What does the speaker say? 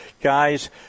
Guys